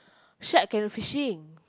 shark can fishing